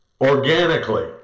organically